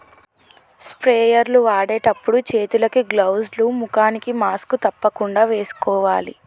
sprayer లు వాడేటప్పుడు చేతులకు గ్లౌజ్ లు, ముఖానికి మాస్క్ తప్పకుండా వేసుకోవాలి